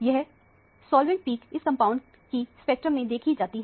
यह solvent peak इस compound की स्पेक्ट्रम में देखी जाती है